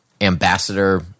Ambassador